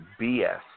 BS